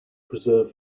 preserve